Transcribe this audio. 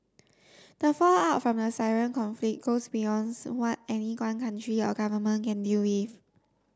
the fallout from the Syrian conflict goes beyonds what any one country or government can deal with